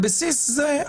על בסיס זה,